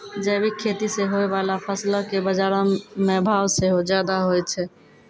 जैविक खेती से होय बाला फसलो के बजारो मे भाव सेहो ज्यादा होय छै